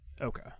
Okay